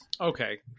okay